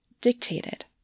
dictated